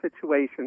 situation